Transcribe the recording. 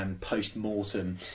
post-mortem